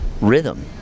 rhythm